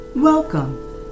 Welcome